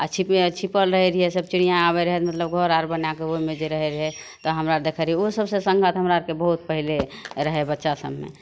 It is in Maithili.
आओर छिपियै आओर छिपल रहय रहियै सब चिड़ियाँ आबय रहय मतलब घर आर बनाकऽ ओइमे जे रहय रहय तऽ हमरा देखय रहियै उसब सँघत हमरा आरके बहुत पहिले रहय बच्चा सबमे